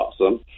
awesome